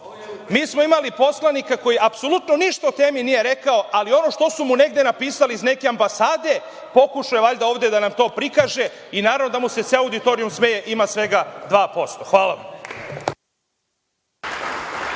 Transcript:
mi smo imali poslanika koji apsolutno ništa o temi nije rekao, ali ono što su mu negde napisali iz neke ambasade, pokušao je valjda ovde da nam to prikaže i naravno da mu se ceo auditorijum smeje, ima svega 2%. Hvala vam.